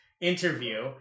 interview